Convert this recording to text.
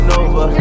Nova